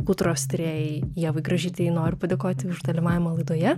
kultūros tyrėjai ievai gražytei noriu padėkoti už dalyvavimą laidoje